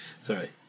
Sorry